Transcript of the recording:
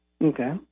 Okay